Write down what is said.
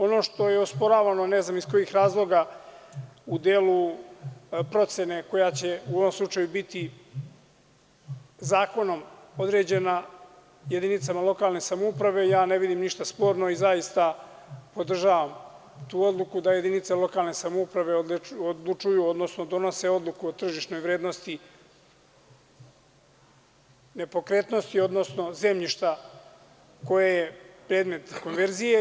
Ono što je osporavano, ne znam iz kojih razloga u delu procene koja će u ovom slučaju biti zakonom određena, jedinicama lokalne samouprave, ja ne vidim ništa sporno i zaista podržavam tu odluku da jedinice lokalne samouprave odlučuju, odnosno donose odluku o tržišnoj vrednosti nepokretnosti, odnosno zemljišta koje je predmet konverzije.